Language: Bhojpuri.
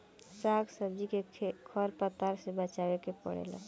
साग सब्जी के खर पतवार से बचावे के पड़ेला